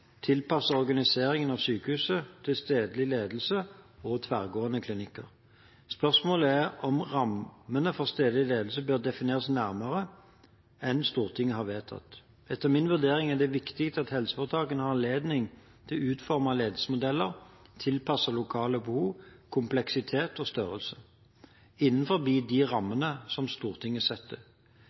organiseringen av sykehusene til stedlig ledelse og tverrgående klinikker. Spørsmålet er om rammene for stedlig ledelse bør defineres nærmere enn Stortinget har vedtatt. Etter min vurdering er det viktig at helseforetakene har anledning til å utforme ledelsesmodeller tilpasset lokale behov, kompleksitet og størrelse innenfor de rammene som Stortinget setter.